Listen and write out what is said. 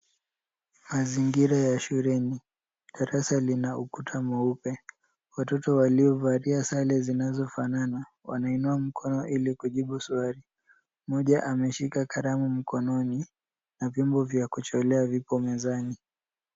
Mazingira ya shuleni, darasa lina ukuta mweupe. Watoto waliovalia sare zinazofanana wanainua mkono ili kujibu swali. Mmoja ameshika kalamu mkononi na vyombo vya kuchorea vipo mezani.